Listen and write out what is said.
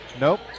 Nope